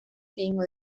egingo